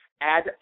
add